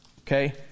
Okay